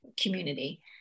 community